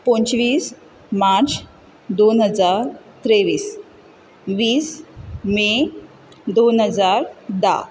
पंचवीस मार्च दोन हजार तेवीस वीस मे दोन हजार धा